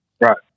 Right